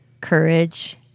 courage